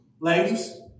ladies